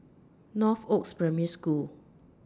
Northoaks Primary School